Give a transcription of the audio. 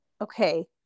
Okay